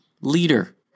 leader